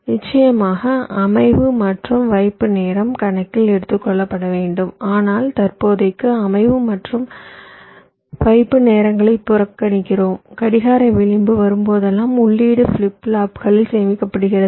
நிச்சயமாக அமைவு மற்றும் வைப்பு நேரம் கணக்கில் எடுத்துக்கொள்ளப்பட வேண்டும் ஆனால் தற்போதைக்கு அமைவு மற்றும் வைப்பு நேரங்களை புறக்கணிக்கிறோம் கடிகார விளிம்பு வரும்போதெல்லாம் உள்ளீடு ஃபிளிப் ஃப்ளாப்புகளில் சேமிக்கப்படுகிறது